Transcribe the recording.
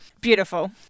Beautiful